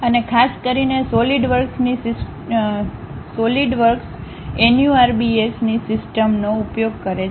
અને ખાસ કરીને સોલિડવર્ક્સ NURBS ની સિસ્ટમનો ઉપયોગ કરે છે